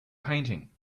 painting